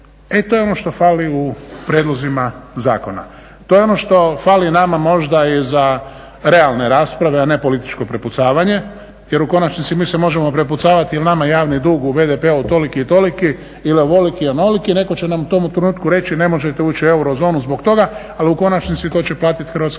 to je ono što fali u prijedlozima zakona. To je ono što fali nama možda i za realne rasprave a ne političko prepucavanje jer u konačnici mi se možemo prepucavati jer nama je javni dug u BDP-u toliki i toliki ili ovoliki i onoliki, netko će nam u tome trenutku reći ne možete ući u euro zonu zbog toga ali u konačnici to će platiti hrvatski